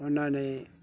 ਉਹਨਾਂ ਨੇ